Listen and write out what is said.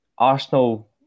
Arsenal